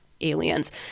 Aliens